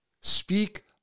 speak